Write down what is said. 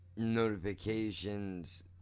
notifications